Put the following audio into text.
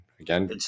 again